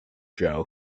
joe